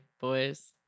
boys